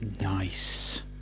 Nice